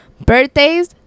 Birthdays